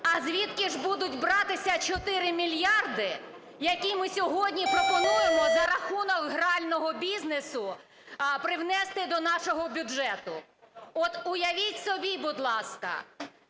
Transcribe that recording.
а звідки ж будуть братися 4 мільярди, які ми сьогодні пропонуємо за рахунок грального бізнесу привнести до нашого бюджету? От, уявіть собі, будь ласка,